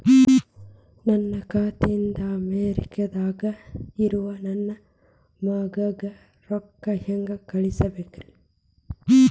ನನ್ನ ಖಾತೆ ಇಂದ ಅಮೇರಿಕಾದಾಗ್ ಇರೋ ನನ್ನ ಮಗಗ ರೊಕ್ಕ ಹೆಂಗ್ ಕಳಸಬೇಕ್ರಿ?